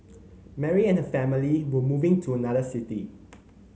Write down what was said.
Mary and family were moving to another city